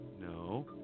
no